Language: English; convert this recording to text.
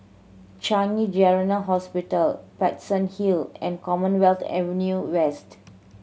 Changi General Hospital Paterson Hill and Commonwealth Avenue West